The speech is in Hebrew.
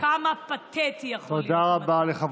כמה פתטי יכול להיות המצב.